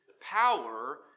power